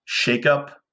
shakeup